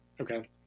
Okay